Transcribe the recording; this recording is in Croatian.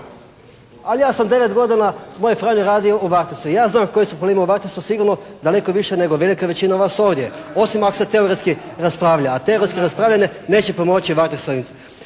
Ali ja sam 9 godina moj Franjo radio u Varteksu. I ja znam koje su … /Govornik se ne razumije./ … u Varteksu, sigurno daleko više nego velika većina vas ovdje. Osim ako se teoretski raspravlja. A teoretsko raspravljanje neće pomoći Varteks